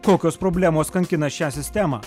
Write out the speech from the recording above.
kokios problemos kankina šią sistemą